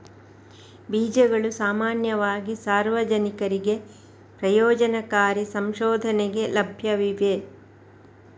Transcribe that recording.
ಬೀಜಗಳು ಸಾಮಾನ್ಯವಾಗಿ ಸಾರ್ವಜನಿಕರಿಗೆ ಪ್ರಯೋಜನಕಾರಿ ಸಂಶೋಧನೆಗೆ ಲಭ್ಯವಿವೆ